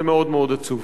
זה מאוד-מאוד עצוב.